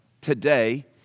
Today